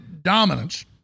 dominance